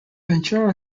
ventura